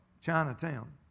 Chinatown